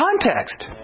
Context